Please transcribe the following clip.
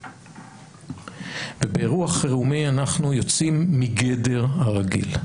ובאירוע חירומי אנחנו יוצאים מגדר הרגיל.